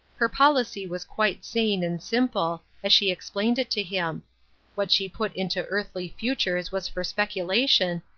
her policy was quite sane and simple, as she explained it to him what she put into earthly futures was for speculation,